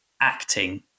acting